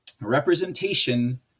representation